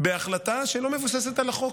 בהחלטה שלא מבוססת על החוק,